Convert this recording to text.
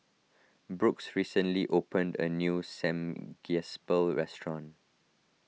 Brooks recently opened a new Samgyeopsal restaurant